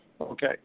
Okay